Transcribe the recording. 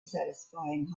satisfying